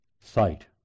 sight